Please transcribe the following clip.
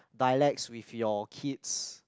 dialects with your kids